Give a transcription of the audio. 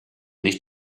nicht